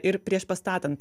ir priešpastatant